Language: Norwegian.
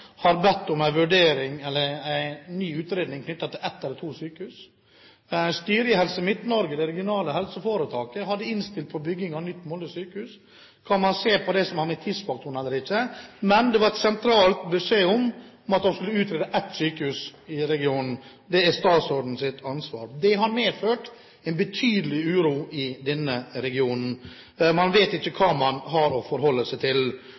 Styret i Helse Midt-Norge, det regionale helseforetaket, hadde innstilt på bygging av nytt Molde sykehus. Så kan man se på det som har med tidsfaktoren å gjøre, eller ikke. Men det var en sentral beskjed om at man skulle utrede ett sykehus i regionen. Det er statsrådens ansvar. Det har medført en betydelig uro i denne regionen, man vet ikke hva man har å forholde seg til.